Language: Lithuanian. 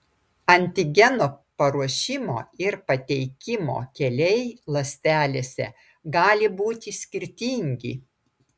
antigeno paruošimo ir pateikimo keliai ląstelėse gali būti skirtingi